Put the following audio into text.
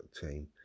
team